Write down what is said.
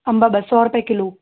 अंब ॿ सौ रुपए किलो